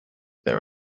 there